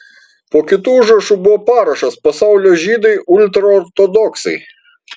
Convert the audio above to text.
po kitu užrašu buvo parašas pasaulio žydai ultraortodoksai